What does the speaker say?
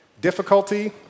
difficulty